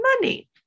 money